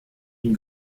une